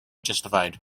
justified